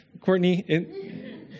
Courtney